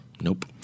Nope